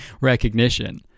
recognition